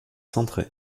centré